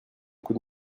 coup